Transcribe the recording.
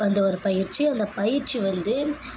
அந்த ஒரு பயிற்சி அந்த பயிற்சி வந்து